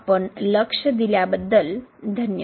आपण लक्ष दिल्याबद्दल धन्यवाद